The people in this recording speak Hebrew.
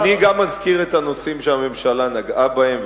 אני גם מזכיר את הנושאים שהממשלה נגעה בהם,